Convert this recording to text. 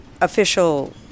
official